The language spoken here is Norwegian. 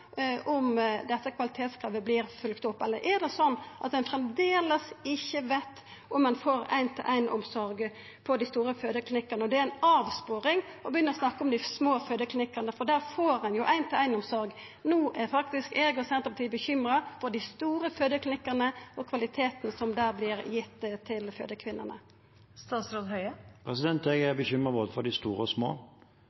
om dette kvalitetskravet vert følgt opp. Eller er det sånn at ein framleis ikkje veit om ein får ein-til-ein-omsorg på dei store fødeklinikkane? Det er ei avsporing å begynna å snakka om dei små fødeklinikkane, for der får ein jo ein-til-ein-omsorg. No er faktisk eg og Senterpartiet bekymra for dei store fødeklinikkane og kvaliteten som der vert gitt til dei fødande kvinnene. Jeg er bekymret for både de store og de små. Det er